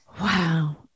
Wow